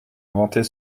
inventer